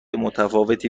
متفاوتی